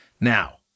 Now